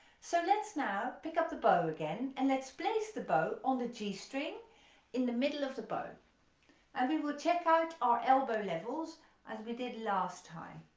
so let's now pick up the bow again and let's place the bow on the g string in the middle of the bow and we will check out our elbow levels as we did last time,